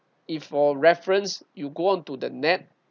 if for reference you go onto the net